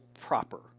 proper